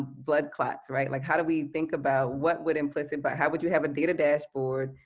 blood clots right like how do we think about, what would implicit but how would you have a data dashboard,